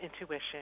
intuition